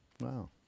Wow